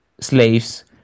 slaves